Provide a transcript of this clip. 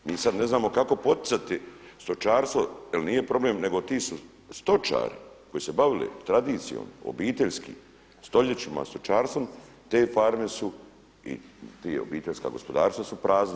Mi sada ne znamo kako poticati stočarstvo jer nije problem nego ti su stočari koji su se bavili tradicijom, obiteljski, stoljećima, stočarstvom te farme su i ta obiteljska gospodarstva su prazna.